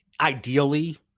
ideally